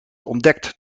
ontdekt